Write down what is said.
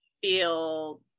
feel